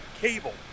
cable